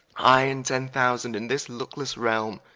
i, and ten thousand in this lucklesse realme,